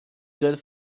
good